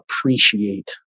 appreciate